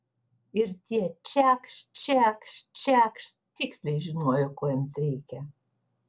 ir tie čekšt čekšt čekšt tiksliai žinojo ko jiems reikia